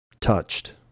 touched